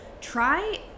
try